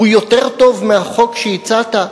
הוא יותר טוב מהחוק שהצעת.